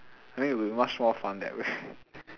I mean it would be much more fun that way